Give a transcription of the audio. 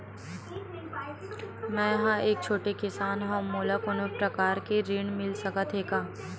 मै ह एक छोटे किसान हंव का मोला कोनो प्रकार के ऋण मिल सकत हे का?